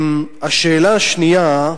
השאלה השנייה: